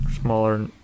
smaller